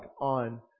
on